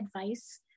advice